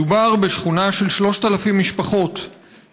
מדובר בשכונה של 3,000 משפחות,